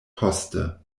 poste